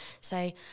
say